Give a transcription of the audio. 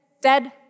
dead